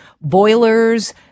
boilers